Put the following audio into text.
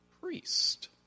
priest